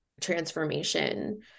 transformation